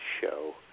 show